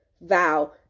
vow